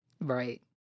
right